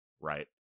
right